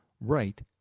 right